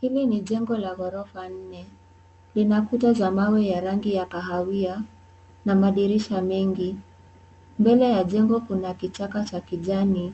Hili ni jengo la gorofa nne, lina kuta za mawe za rangi ya kahawia, na madirisha mengi, mbele ya jengo kuna kichaka cha kijani,